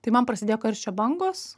tai man prasidėjo karščio bangos